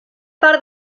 part